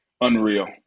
Unreal